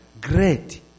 Great